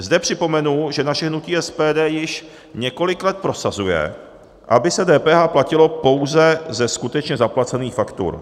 Zde připomenu, že naše hnutí SPD již několik let prosazuje, aby se DPH platilo pouze ze skutečně zaplacených faktur.